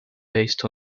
based